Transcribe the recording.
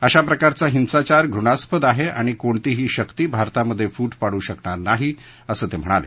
अशा प्रकारचा हिंसाचार घृणास्पद आहे आणि कोणतीही शक्ती भारतामध्ये फूट पाडू शकणार नाही असं ते म्हणाले